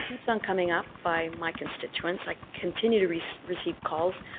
so on coming up by my constituents. i continue to receive receive calls.